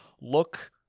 look